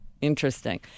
Interesting